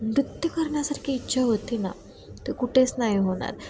नृत्य करण्यासारखी इच्छा होती ना ते कुठेच नाही होणार